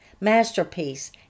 masterpiece